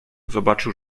zobaczył